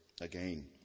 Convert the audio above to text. again